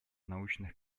научных